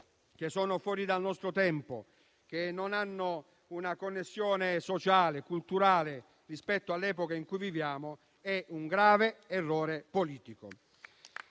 che sono fuori dal nostro tempo e che non hanno una connessione sociale e culturale rispetto all'epoca in cui viviamo è un grave errore politico.